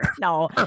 No